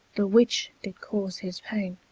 the which did cause his paine.